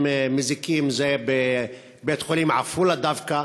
מזיקים היא בבית-החולים בעפולה דווקא,